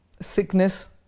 sickness